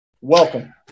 Welcome